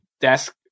desk